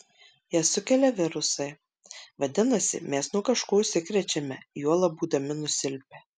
ją sukelia virusai vadinasi mes nuo kažko užsikrečiame juolab būdami nusilpę